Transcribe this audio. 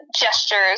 gestures